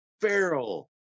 Feral